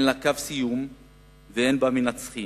אין לה קו סיום ואין בה מנצחים.